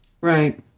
right